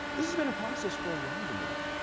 this has been in process for a while, merritt,